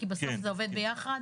כי בסוף זה עובד ביחד.